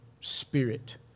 Spirit